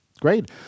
Great